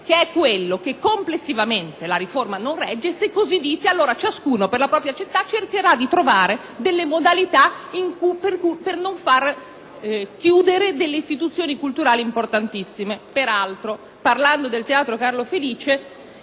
di fondo: complessivamente la riforma non regge e, se così intendete proseguire, ciascuno per la propria città cercherà di trovare delle modalità per non far chiudere istituzioni culturali importantissime. Peraltro, parlando del Teatro Carlo Felice,